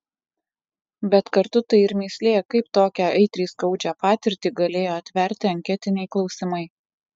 bet kartu tai ir mįslė kaip tokią aitriai skaudžią patirtį galėjo atverti anketiniai klausimai